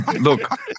look